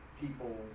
people